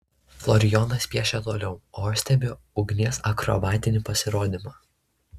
florijonas piešia toliau o aš stebiu ugnies akrobatinį pasirodymą